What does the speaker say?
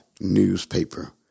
Newspaper